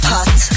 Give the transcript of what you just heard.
Hot